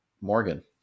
Morgan